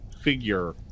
figure